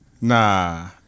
Nah